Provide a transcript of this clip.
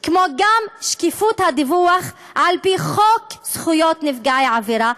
וגם שקיפות הדיווח על-פי חוק נפגעי עבירה,